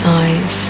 eyes